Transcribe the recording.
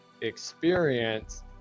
experience